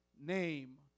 name